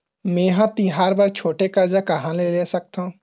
मेंहा तिहार बर छोटे कर्जा कहाँ ले सकथव?